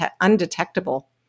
undetectable